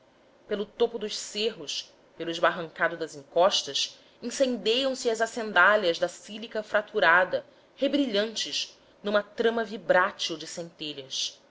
pelo topo dos cerros pelo esbarrancado das encostas incendeiam se as acendalhas da sílica fraturada rebrilhantes numa trama vibrátil de centelhas